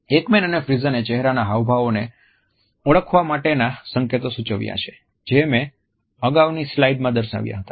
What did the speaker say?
Ekman અને ફ્રીઝેનએ ચહેરાના હાવભાવોને ઓળખવા માટેના સંકેતો સૂચવ્યા છે જે મેં અગાઉની સ્લાઇડ માં દર્શાવ્યા હતા